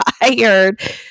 tired